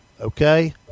Okay